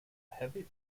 heavy